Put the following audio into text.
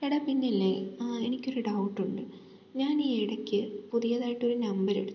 എടാ പിന്നില്ലേ എനിക്കൊരു ഡൗട്ടുണ്ട് ഞാൻ ഈ ഇടക്ക് പുതിയതായിട്ടൊരു നമ്പറെടുത്തു